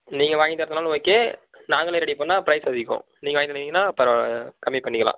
நீங்கள் வாங்கி தரதுனாலும் ஓகே நாங்களே ரெடி பண்ணால் ப்ரைஸ் அதிகம் நீங்கள் வாங்கி தந்தீங்கன்னா பரவா கம்மி பண்ணிக்கலாம்